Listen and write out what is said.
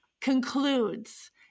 concludes